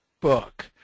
book